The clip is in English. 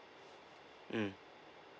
mm